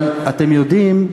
אבל אתם יודעים,